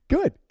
Good